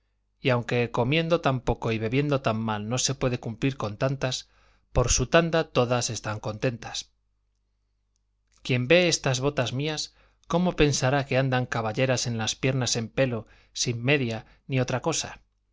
y aunque comiendo tan poco y bebiendo tan mal no se puede cumplir con tantas por su tanda todas están contentas quien ve estas botas mías cómo pensará que andan caballeras en las piernas en pelo sin media ni otra cosa